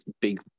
big